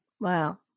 Wow